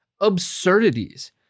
absurdities